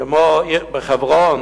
כמו בחברון,